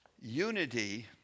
Unity